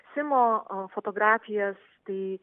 simo fotografijas tai